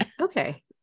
Okay